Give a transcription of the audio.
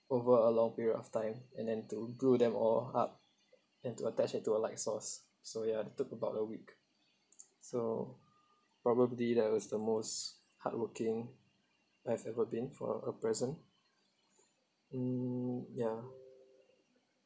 over a long period of time and then to glue them all up and to attach it to a light source so ya it took about a week so probably that was the most hardworking I've ever been for a present mm ya